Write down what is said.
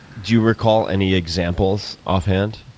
do you recall any examples off hand?